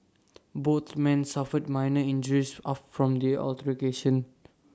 both man suffered minor injuries of from the altercation